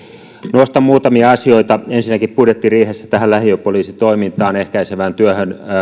nostan muutamia asioita ensinnäkin budjettiriihessä tähän lähiöpoliisitoimintaan ehkäisevään työhön